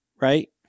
right